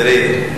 תראי,